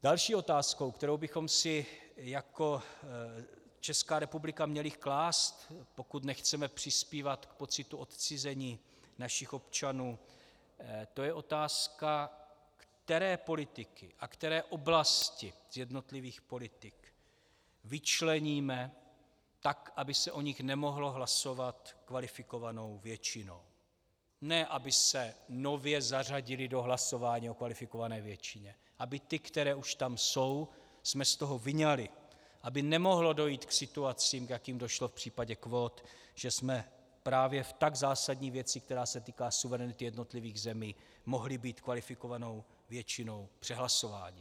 Další otázkou, kterou bychom si jako Česká republika měli klást, pokud nechceme přispívat k pocitu odcizení našich občanů, je otázka, které politiky a které oblasti z jednotlivých politik vyčleníme tak, aby se o nich nemohlo hlasovat kvalifikovanou většinou, ne aby se nově zařadily do hlasování o kvalifikované většině, abychom ty, které už tam jsou, z toho vyňali, aby nemohlo dojít k situacím, k jakým došlo v případě kvót, že jsme právě v tak zásadní věci, která se týká suverenity jednotlivých zemí, mohli být kvalifikovanou většinou přehlasováni.